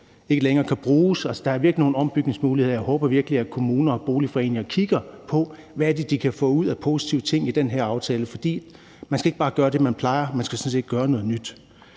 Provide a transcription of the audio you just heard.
som ikke længere kan bruges til det – altså, der er virkelig nogle ombygningsmuligheder, og jeg håber virkelig, at kommuner og boligforeninger kigger på, hvad det er, de kan få af positive ting i den her aftale. For man skal ikke bare gøre det, man plejer, man skal sådan set gøre noget nyt.